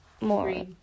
more